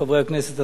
חברי הכנסת,